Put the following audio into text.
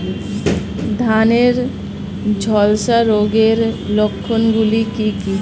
ধানের ঝলসা রোগের লক্ষণগুলি কি কি?